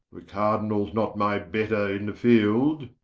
the cardinall's not my better in the field